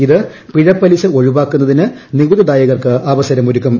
ഇത് പിഴപ്പലിശ ഒഴിവാക്കുന്നതിന് നികുതി ദായകർക്ക് അവസരമൊരുക്കും